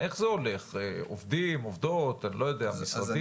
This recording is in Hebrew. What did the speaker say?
איך זה הולך, עובדים, עובדות, משרדים?